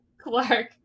Clark